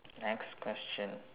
next question